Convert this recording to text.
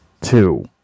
Two